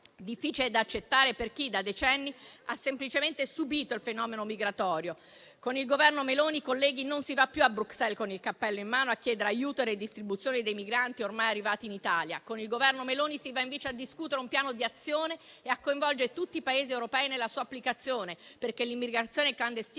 difficile da accettare per chi da decenni ha semplicemente subito il fenomeno migratorio. Con il Governo Meloni, colleghi, non si va più a Bruxelles con il cappello in mano a chiedere aiuto e redistribuzione dei migranti ormai arrivati in Italia; con il Governo Meloni si va, invece, a discutere un piano di azione e a coinvolgere tutti i Paesi europei nella sua applicazione, perché l'immigrazione clandestina